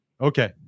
Okay